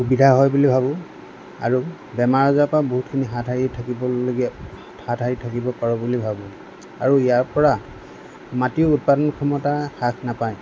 সুবিধা হয় বুলি ভাবোঁ আৰু বেমাৰ আজাৰৰ পৰা বহুতখিনি হাত সাৰি থাকিবলগীয়া হাত সাৰি থাকিব পাৰোঁ বুলি ভাবোঁ আৰু ইয়াৰ পৰা মাটিৰ উৎপাদন ক্ষমতা হ্ৰাস নাপায়